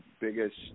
biggest